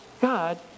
God